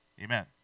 Amen